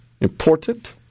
important